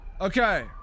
Okay